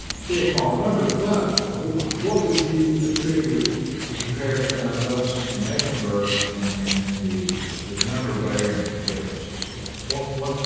still smaller numbers, but what would you attribute the comparison of us and mecklenburg and and and the the number of glaring differences there? well, one,